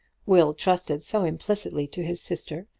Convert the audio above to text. will trusted so implicitly to his sister,